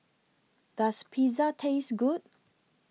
Does Pizza Taste Good